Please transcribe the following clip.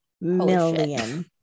Million